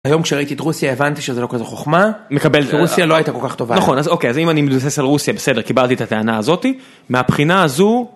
היום כשראיתי את רוסיה הבנתי שזו לא כזו חוכמה מקבלת... כי רוסיה לא הייתה כל כך טובה נכון אז אוקיי אז אם אני מתבסס על רוסיה בסדר קיבלתי את הטענה הזאת מהבחינה הזו...